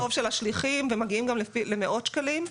של השליחים ומגיעים גם למאות שקלים.